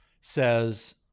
says